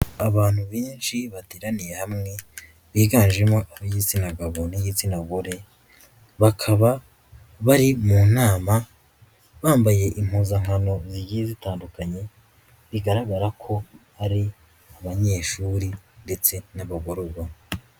Abantu benshi bateraniye hamwe, biganjemo ab'igitsina gabo n'igitsina gore, bakaba bari mu nama bambaye impuzankano zigiye zitandukanye, bigaragara ko ari abanyeshuri ndetse n'abagororwa.